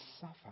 suffer